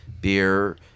beer